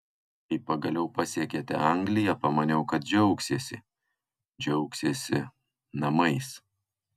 kai pagaliau pasiekėte angliją pamaniau kad džiaugsiesi džiaugsiesi namais